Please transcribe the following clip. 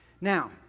Now